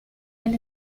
del